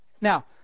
Now